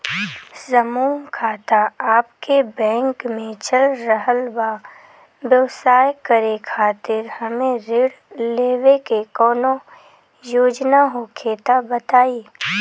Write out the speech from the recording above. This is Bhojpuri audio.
समूह खाता आपके बैंक मे चल रहल बा ब्यवसाय करे खातिर हमे ऋण लेवे के कौनो योजना होखे त बताई?